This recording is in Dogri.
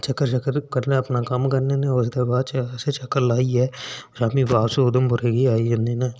चक्कर चक्कर ते कन्नै अपना कम्म करने उस दे बाद अस चक्कर लाइयै शामी वापिस उधमपुरै गी आई जन्ने होन्ने